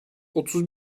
otuz